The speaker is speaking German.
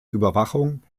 überwachung